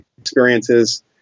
experiences